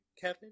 kevin